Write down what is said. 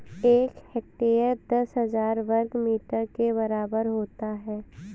एक हेक्टेयर दस हजार वर्ग मीटर के बराबर होता है